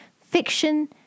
fiction